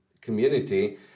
community